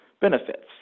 benefits